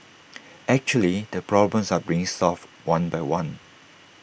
actually the problems are being resolved one by one